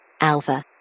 Alpha